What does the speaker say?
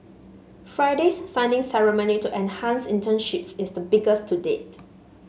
Friday's signing ceremony to enhance internships is the biggest to date